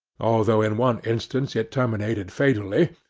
although in one instance it terminated fatally,